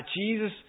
Jesus